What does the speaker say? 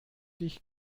dich